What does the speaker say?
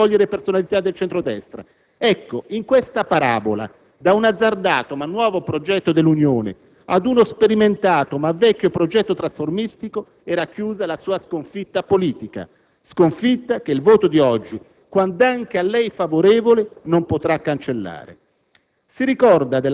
dicendosi pronto ad accogliere personalità del centro-destra. Ecco, in questa parabola - da un azzardato ma nuovo progetto dell'Unione ad uno sperimentato ma vecchio progetto trasformistico - è racchiusa la sua sconfitta politica, che il voto di oggi, quand'anche a lei favorevole, non potrà cancellare.